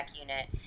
unit